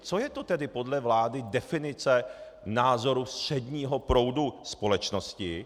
Co je to tedy podle vlády definice názoru středního proudu společnosti?